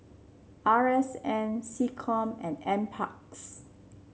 R S N SecCom and NParks